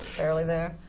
barely there.